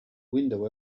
window